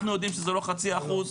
אנחנו יודעים שזה לא חצי אחוז.